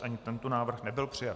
Ani tento návrh nebyl přijat.